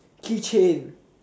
keychain